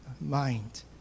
mind